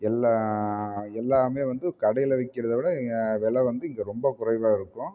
எல்லாம் எல்லாமே வந்து கடையில் விற்கிறத விட இங்கே வெலை வந்து இங்கே ரொம்ப குறைவாக இருக்கும்